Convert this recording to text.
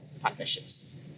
partnerships